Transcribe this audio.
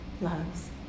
loves